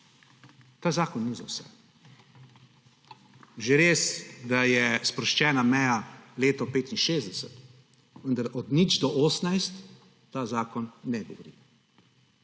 Ta zakon ni za vse. Že res, da je sproščena meja leto 65, vendar od nič do 18. ta zakon ne govori.